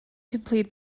complete